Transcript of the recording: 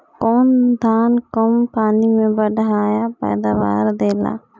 कौन धान कम पानी में बढ़या पैदावार देला?